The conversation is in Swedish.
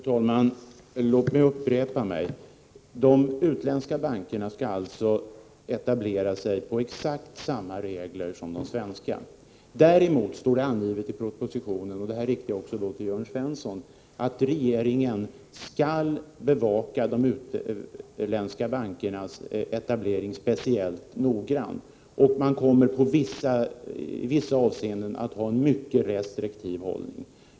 Fru talman! Låt mig upprepa vad jag sade tidigare. De utländska bankerna skall alltså etablera sig på i princip samma villkor som de svenska bankerna. Däremot står det angivet i propositionen — och då riktar jag mig till Jörn Svensson — att regeringen skall bevaka de utländska bankernas etablering speciellt noggrant. Man kommer i vissa avseenden att ha en mycket restriktiv hållning.